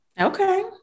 Okay